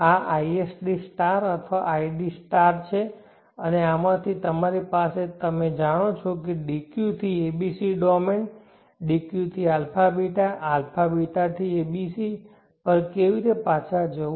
આ isd અથવા id છે અને આમાંથી તમારી પાસે તમે જાણો છો કે DQ થી abc ડોમેન DQ થી αβ αβ થી abc પર કેવી રીતે પાછા જવું